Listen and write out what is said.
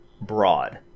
broad